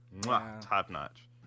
Top-notch